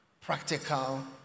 practical